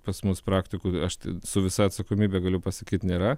pas mus praktikų aš su visa atsakomybe galiu pasakyt nėra